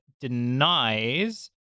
denies